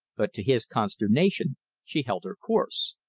but to his consternation she held her course.